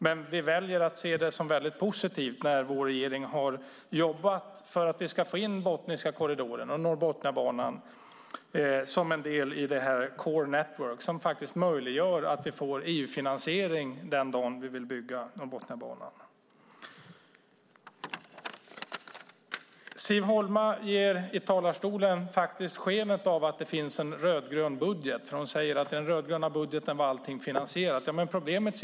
Men vi väljer att se det som positivt när vår regering har jobbat för att få in Botniska korridoren och Norrbotniabanan som en del i Core Network, som faktiskt möjliggör EU-finansiering den dag vi vill bygga Norrbotniabanan. Siv Holma gav i talarstolen sken av att det finns en rödgrön budget. Hon sade att allt var finansierat i den rödgröna budgeten.